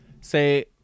say